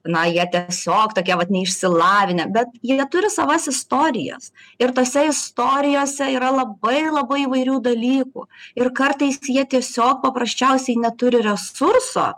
na jie tiesiog tokie vat neišsilavinę bet jie turi savas istorijas ir tose istorijose yra labai labai įvairių dalykų ir kartais jie tiesiog paprasčiausiai neturi resurso